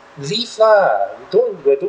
live lah don't uh don't